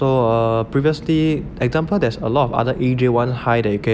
so err previously example there's a lot of other A_J one high that you can